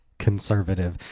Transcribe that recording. conservative